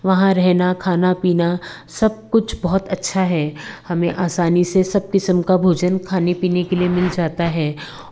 वहाँ रहना खाना पीना सब कुछ बहुत अच्छा है हमें आसानी से सब किस्म का भोजन खाने पीने के लिए मिल जाता है